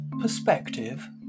Perspective